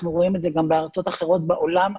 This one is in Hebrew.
אנחנו רואים את זה גם בארצות אחרות בעולם,